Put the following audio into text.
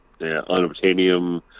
Unobtainium